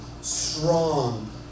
strong